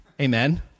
amen